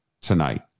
tonight